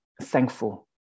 thankful